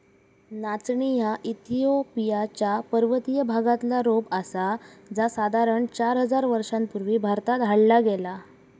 नाचणी ह्या इथिओपिया च्या पर्वतीय भागातला रोप आसा जा साधारण चार हजार वर्षां पूर्वी भारतात हाडला गेला